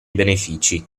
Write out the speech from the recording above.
benefici